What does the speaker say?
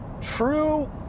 true